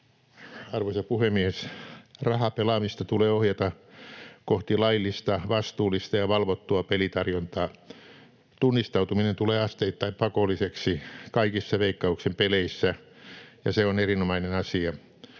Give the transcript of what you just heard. Arvoisa puhemies! Rahapelaamista tulee ohjata kohti laillista, vastuullista ja valvottua pelitarjontaa. Tunnistautuminen tulee asteittain pakolliseksi kaikissa Veikkauksen peleissä, ja se on erinomainen asia.